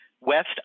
west